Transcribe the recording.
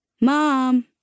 Mom